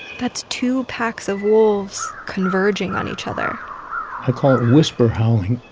that's two packs of wolves converging on each other i call it whisper howling